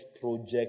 project